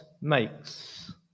makes